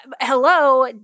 hello